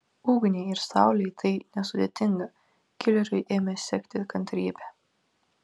ugniai ir saulei tai nesudėtinga kileriui ėmė sekti kantrybė